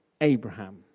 Abraham